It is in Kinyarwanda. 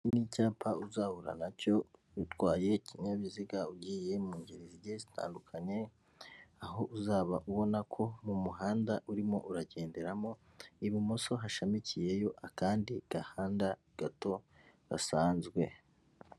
Ni icyapa uzahura nacyo utwaye ikinyabiziga ugiye mu ngeri zigiye zitandukanye, aho uzaba ubona ko mu muhanda urimo uragenderamo ibumoso hashamikiyeyo akandi gahanda gato gasanzwe.